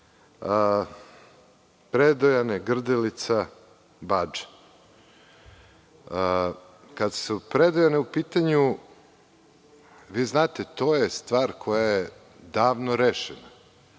Predejane, Grdelice, Badža. Kad su Predejane u pitanju, vi znate, to je stvar koja je davno rešena.